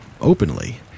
openly